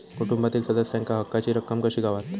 कुटुंबातील सदस्यांका हक्काची रक्कम कशी गावात?